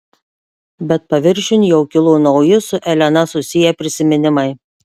bet paviršiun jau kilo nauji su elena susiję prisiminimai